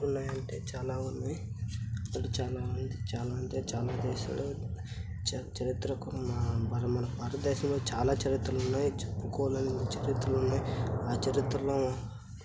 ఉన్నాయి అంటే చాలా ఉన్నాయి అంటే చాలా చాలా అంటే చాలా దేశాలు చరిత్రకు మన మరీ మన భారతదేశంలో చాలా చరిత్రలు ఉన్నాయి చెప్పుకోలేని చరిత్రలు ఉన్నాయి ఆ చరిత్రలో